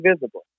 visible